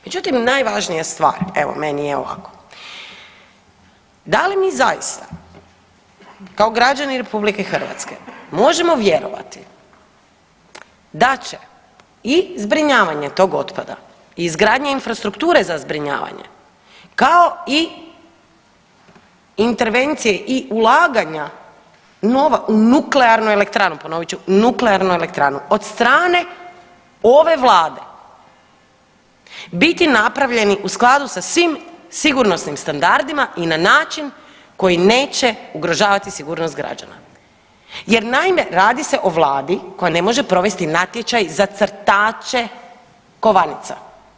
Međutim najvažnija stvar, evo, meni je ovako, da li mi zaista kao građani RH možemo vjerovati da će i zbrinjavanje tog otpada i izgradnje infrastrukture za zbrinjavanje, kao i intervencije u ulaganja nova u nuklearnu elektranu, ponovit ću, nuklearnu elektranu, od strane ove Vlade biti napravljeni u skladu sa svim sigurnosnim standardima i na način koji neće ugrožavati sigurnost građana jer naime, radi se o Vladi koja ne može provesti natječaj za crtače kovanica.